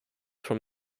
from